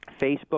Facebook